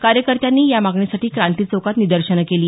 कार्यकर्त्यांनी या मागणीसाठी क्रांती चौकात निदर्शनं केली